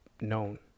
known